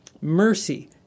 mercy